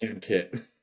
kit